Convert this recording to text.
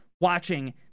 watching